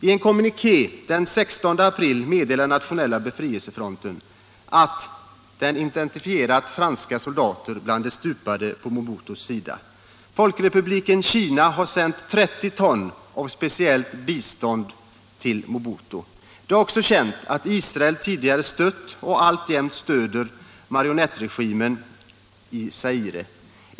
I en kommuniké den 16 april meddelade nationella befrielsefronten att den identifierat franska soldater bland de stupade på Mobutus sida. Folkrepubliken Kina har sänt 30 ton av ” speciellt bistånd” till Mobutu. Det är också känt att Israel tidigare stött och alltjämt stöder marionettregimen i Zaire.